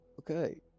Okay